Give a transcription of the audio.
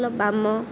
ବାମ